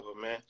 man